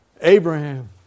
abraham